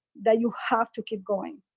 that you have to keep going,